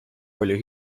palju